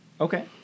Okay